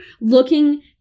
looking